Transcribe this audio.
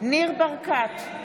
ניר ברקת,